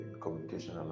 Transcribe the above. communication